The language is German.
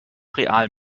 real